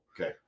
Okay